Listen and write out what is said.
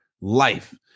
life